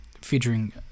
featuring